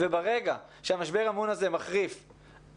ברגע שמשבר האמון הזה מחריף ,